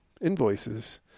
invoices